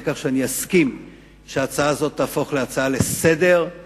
כך שאני אסכים שההצעה הזאת תהפוך להצעה לסדר-היום,